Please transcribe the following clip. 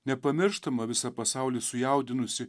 nepamirštama visą pasaulį sujaudinusi